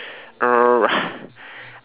err